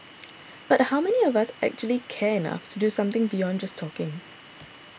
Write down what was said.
but how many of us actually care enough to do something beyond just talking